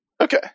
Okay